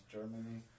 Germany